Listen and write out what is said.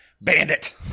Bandit